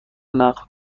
نقد